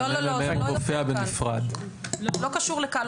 לא, לא, לא קשור לקל.